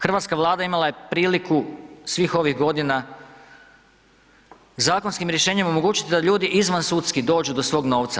Hrvatska vlada imala je priliku svih ovih godina zakonskim rješenjem omogućiti da ljudi izvansudski dođu do svog novca.